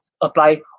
apply